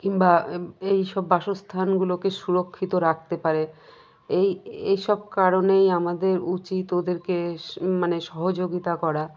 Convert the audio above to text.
কিংবা এই সব বাসস্থানগুলোকে সুরক্ষিত রাখতে পারে এই এই সব কারণেই আমাদের উচিত ওদেরকে মানে সহযোগিতা করা